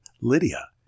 Lydia